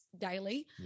daily